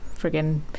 friggin